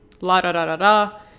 la-da-da-da-da